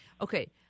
Okay